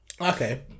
Okay